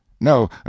No